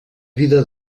vida